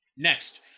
Next